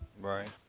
Right